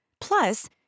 Plus